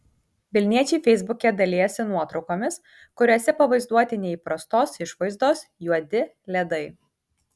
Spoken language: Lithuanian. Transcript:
vilniečiai feisbuke dalijasi nuotraukomis kuriose pavaizduoti neįprastos išvaizdos juodi ledai